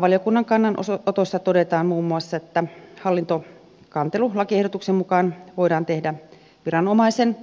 valiokunnan kannanotossa todetaan muun muassa että hallintokantelu lakiehdotuksen mukaan voidaan tehdä viranomaisen